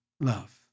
love